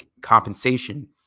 compensation